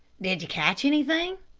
did you catch anything?